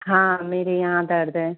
हाँ मेरे यहाँ दर्द है